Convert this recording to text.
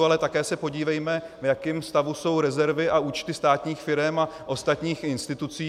Ale také se podívejme, v jakém stavu jsou rezervy a účty státních firem a ostatních institucí.